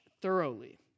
thoroughly